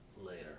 later